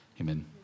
Amen